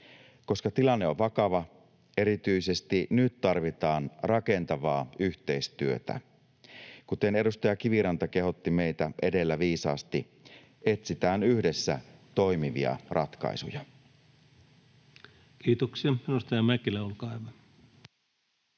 Koska tilanne on vakava, erityisesti nyt tarvitaan rakentavaa yhteistyötä. Kuten edustaja Kiviranta kehotti meitä edellä viisaasti: etsitään yhdessä toimivia ratkaisuja. Kiitoksia. — Edustaja Mäkelä, olkaa hyvä.